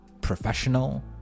professional